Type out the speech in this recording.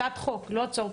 הצעת חוק, לא הצעות חוק.